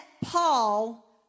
Paul